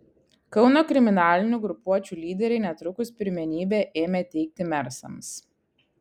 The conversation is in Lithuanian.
kauno kriminalinių grupuočių lyderiai netrukus pirmenybę ėmė teikti mersams